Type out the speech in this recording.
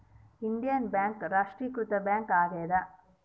Indian Bank ರಾಷ್ಟ್ರೀಕೃತ bank ಆಗ್ಯಾದ